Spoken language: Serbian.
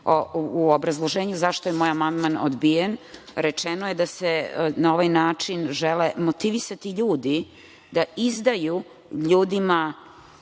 obrazloženju zašto je moj amandman odbijen, rečeno je da se na ovaj način žele motivisati ljudi da izdaju ljudima